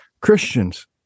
Christians